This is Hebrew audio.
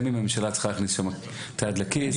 גם אם הממשלה צריכה להכניס את היד לכיס,